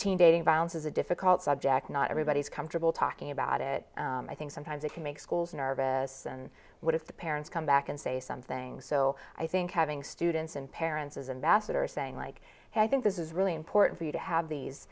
teen dating violence is a difficult subject not everybody is comfortable talking about it i think sometimes it can make schools nervous and what if the parents come back and say something so i think having students and parents as ambassador saying like i think this is really important for you to have these